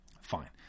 Fine